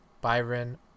Byron